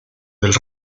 del